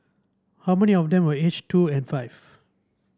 how many of them were aged two and five